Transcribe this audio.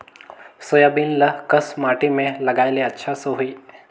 Soybean ल कस माटी मे लगाय ले अच्छा सोही?